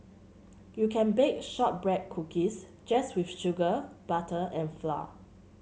you can bake shortbread cookies just with sugar butter and flour